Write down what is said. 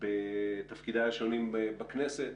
בתפקידיי השונים בכנסת.